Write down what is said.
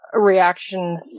reaction